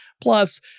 Plus